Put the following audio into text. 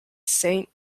saint